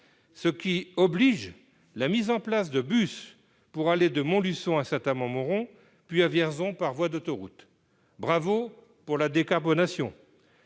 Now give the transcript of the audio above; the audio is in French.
ce qui oblige la mise en place de bus pour aller de Montluçon à Saint-Amand-Montrond, puis à Vierzon, par voie d'autoroute, bravo pour la décarbonation.